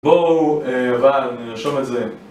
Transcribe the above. בואו, וואל, נרשום את זה.